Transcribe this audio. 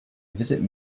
visit